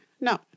no